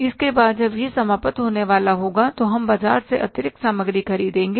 उसके बाद जब यह समाप्त होने वाला होगा तो हम बाजार से अतिरिक्त सामग्री खरीदेंगे